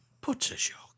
Put-a-shock